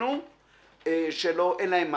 שעשינו אין להן מענה.